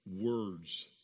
words